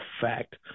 fact